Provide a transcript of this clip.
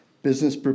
Business